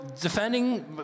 defending